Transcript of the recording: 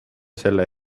selle